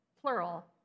plural